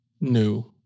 new